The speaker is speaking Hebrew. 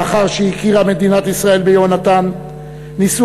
לאחר שהכירה מדינת ישראל ביהונתן ניסו